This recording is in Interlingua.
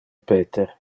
peter